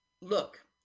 look